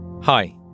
Hi